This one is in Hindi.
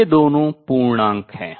ये दोनों पूर्णांक हैं